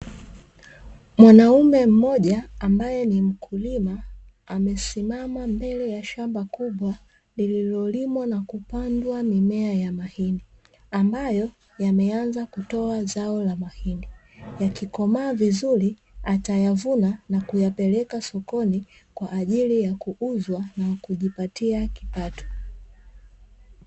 Mwanamume mmoja ambaye ni mkulima, amesimama mbele ya shamba kubwa lililolimwa na kupandwa mimea ya mahindi, ambayo yameanza kutoa zao la mahindi. Yakikomaa vizuri, atayavuna na kuyapeleka sokoni kwa ajili ya kuuzwa na kujipatia kipato.